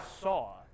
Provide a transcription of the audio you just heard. saw